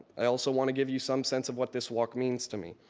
i also wanna give you some sense of what this walk means to me.